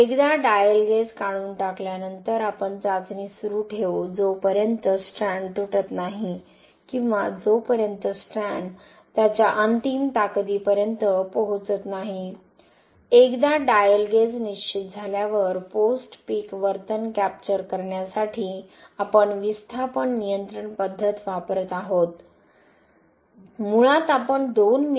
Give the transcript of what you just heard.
एकदा dial gauge काढून टाकल्यानंतर आपण चाचणी सुरू ठेवू जोपर्यंत स्ट्रँड तुटत नाही किंवा जोपर्यंत स्ट्रँड त्याच्या अंतिम ताकदीपर्यंत पोहोचत नाही एकदा डायल गेज निश्चित झाल्यावर पोस्ट पीक वर्तन कॅप्चर करण्यासाठी आपण विस्थापन नियंत्रण पद्धत वापरत आहोत मुळात आपण 2 मि